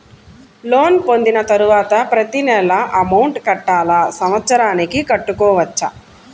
Loan పొందిన తరువాత ప్రతి నెల అమౌంట్ కట్టాలా? సంవత్సరానికి కట్టుకోవచ్చా?